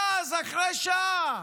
ואז, אחרי שעה,